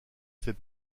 fait